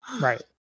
right